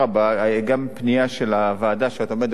גם פנייה של הוועדה שאת עומדת בראשה,